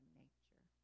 nature